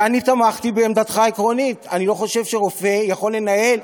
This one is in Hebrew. ואני תמכתי בעמדתך העקרונית: אני לא חושב שרופא יכול לנהל,